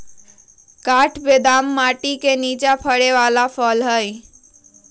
काठ बेदाम माटि के निचा फ़रे बला फ़र हइ